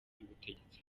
ry’ubutegetsi